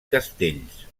castells